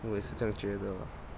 我也是这样觉得